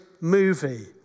movie